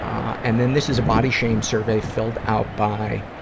um and then this is a body shame survey filled out by, ah,